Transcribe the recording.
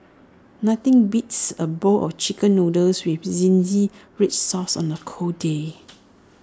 nothing beats A bowl of Chicken Noodles with Zingy Red Sauce on A cold day